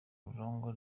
rurangwa